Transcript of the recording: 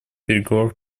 переговорах